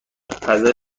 فضای